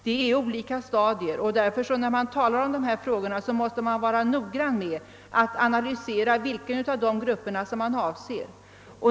Det är olika stadier, och när man diskuterar dessa grupper av människor måste man därför vara noggrann med att analysera vilken av dem som avses.